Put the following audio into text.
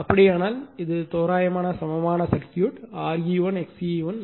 அப்படியானால் இது தோராயமான சமமான சர்க்யூட் RE1 XE1 இது